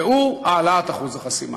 והוא העלאת אחוז החסימה.